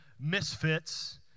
misfits